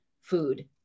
food